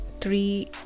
three